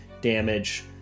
damage